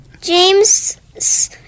james